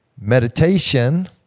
meditation